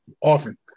often